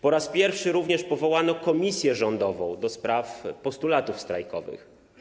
Po raz pierwszy również powołano komisję rządową do spraw postulatów strajkowych.